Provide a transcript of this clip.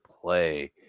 play